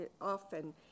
often